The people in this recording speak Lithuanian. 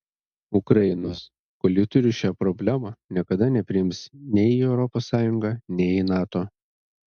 ukrainos kol ji turi šią problemą niekada nepriims nei į europos sąjungą nei į nato